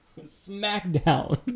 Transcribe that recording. smackdown